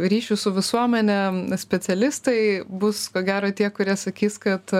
ryšių su visuomene specialistai bus ko gero tie kurie sakys kad